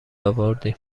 آوردیم